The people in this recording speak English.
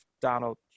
Donald